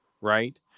Right